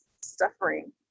suffering